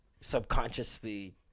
subconsciously